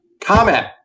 Comment